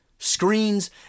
screens